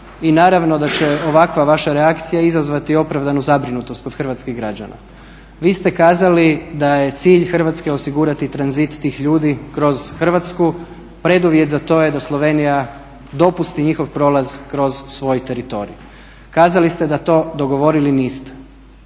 i naravno da će ovakva vaša reakcija izazvati opravdanu zabrinutost kod hrvatskih građana. Vi ste kazali da je cilj Hrvatske osigurati tranzit tih ljudi kroz Hrvatsku. Preduvjet za to je da Slovenija dopusti njihov prolaz kroz svoj teritorij. Kazali ste da to dogovorili niste.